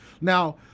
Now